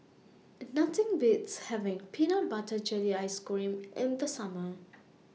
Nothing Beats having Peanut Butter Jelly Ice Cream in The Summer